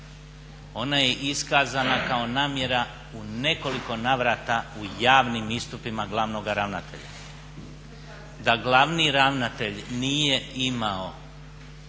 Ona je iskazana kao namjera u nekoliko navrata u javnim istupima glavnoga ravnatelja. Da glavni ravnatelj nije imao